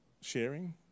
sharing